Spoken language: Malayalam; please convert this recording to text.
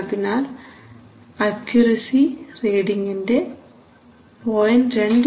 അതിനാൽ അക്യുറസി റീഡിങിന്റെ 0